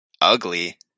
ugly